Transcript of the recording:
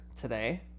today